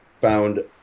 found